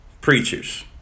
preachers